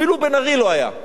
אפילו בן-ארי עוד לא היה.